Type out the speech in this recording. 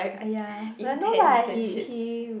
!aiya! the no lah he he